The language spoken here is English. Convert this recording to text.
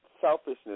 selfishness